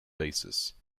basis